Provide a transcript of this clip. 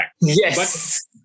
Yes